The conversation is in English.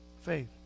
faith